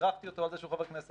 בירכתי אותו על זה שהוא חבר כנסת.